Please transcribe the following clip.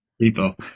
people